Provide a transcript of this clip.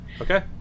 Okay